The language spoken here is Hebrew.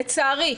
לצערי,